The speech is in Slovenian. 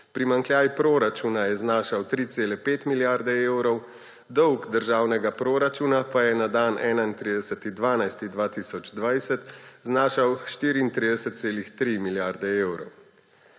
primanjkljaj proračuna je znašal 3,5 milijarde evrov, dolg državnega proračuna pa je na dan 31. 12. 2020 znašal 34,3 milijarde evrov.